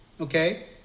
Okay